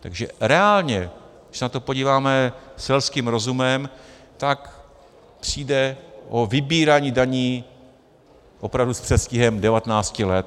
Takže reálně, když se na to podíváme selským rozumem, tak přijde o vybírání daní opravdu s předstihem 19 let.